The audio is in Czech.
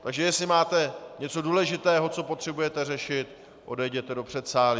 Takže jestli máte něco důležitého, co potřebujete řešit, odejděte do předsálí.